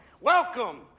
Welcome